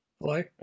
hello